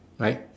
right